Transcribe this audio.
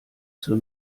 zur